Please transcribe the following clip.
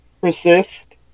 persist